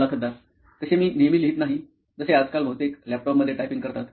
मुलाखतदार तसे मी नेहमी लिहित नाही जसे आजकाल बहुतेक लॅपटॉप मध्ये टायपिंग करतात